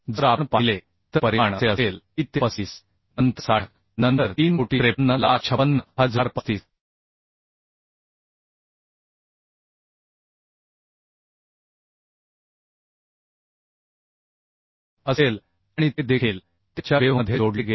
जर आपण पाहिले तर परिमाण असे असेल की ते 35 नंतर 60 नंतर 35356035 असेल आणि ते देखील त्याच्या वेव्हमध्ये जोडले गेले आहे